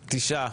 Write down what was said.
תשעה.